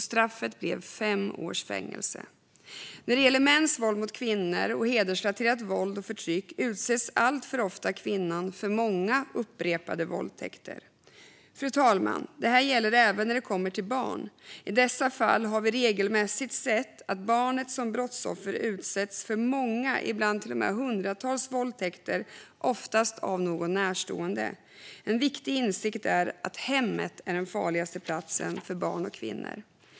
Straffet blev fem års fängelse. När det gäller mäns våld mot kvinnor och hedersrelaterat våld och förtryck utsätts alltför ofta kvinnan för många upprepade våldtäkter. Fru talman! Detta gäller även när det kommer till barn. I dessa fall har vi regelmässigt sett att barnet som brottsoffer utsätts för många, ibland till och med hundratals, våldtäkter - oftast av någon närstående. En viktig insikt är att hemmet är den farligaste platsen för barn och kvinnor.